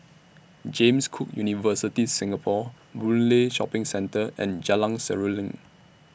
James Cook University Singapore Boon Lay Shopping Centre and Jalan Seruling